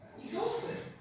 Exhausted